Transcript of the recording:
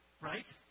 Right